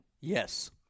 Yes